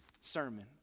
sermon